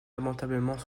lamentablement